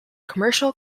commercial